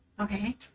Okay